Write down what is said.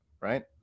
right